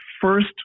first